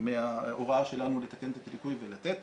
מההוראה שלנו לתקן את הליקוי ולתת.